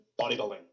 bodybuilding